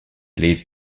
leads